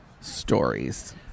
stories